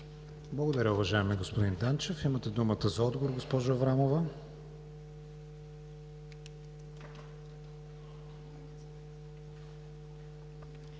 Благодаря, уважаеми господин Данчев. Имате думата за отговор, госпожо Аврамова.